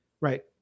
right